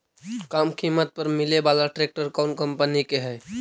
कम किमत पर मिले बाला ट्रैक्टर कौन कंपनी के है?